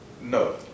No